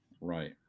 Right